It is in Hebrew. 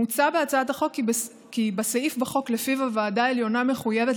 מוצע בהצעת החוק כי בסעיף בחוק שלפיו הוועדה העליונה מחויבת